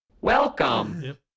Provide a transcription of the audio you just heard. Welcome